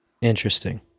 interesting